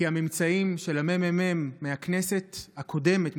כי הממצאים של הממ"מ מהכנסת הקודמת,